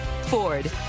Ford